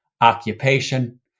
occupation